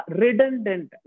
redundant